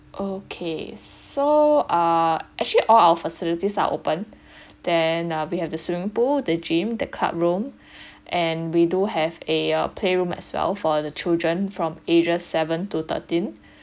okay so err actually all our facilities are open then uh we have the swimming pool the gym the card room and we do have a playroom as well for the children from ages seven to thirteen